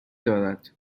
دارد